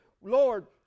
Lord